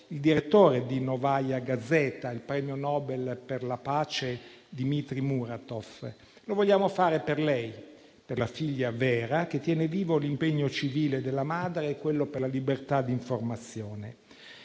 il direttore di «Novaja Gazeta», il premio Nobel per la pace Dimitri Muratov. Lo vogliamo fare per lei, per la figlia Vera che tiene vivo l’impegno civile della madre e quello per la libertà di informazione.